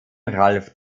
ralf